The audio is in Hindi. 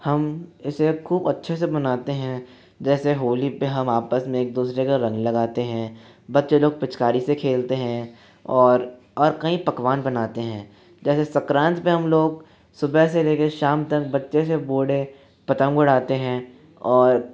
हम इसे खूब अच्छे से मनाते हैं जैसे होली पर हम आपस में एक दूसरे पर रंग लगाते हैं बच्चे लोग पिचकारी से खेलते हैं और और कई पकवान बनाते हैं जैसे संक्रान्ति में हम लोग सुबह से लेकर शाम तक बच्चे से बूढ़े पतंग उड़ाते हैं और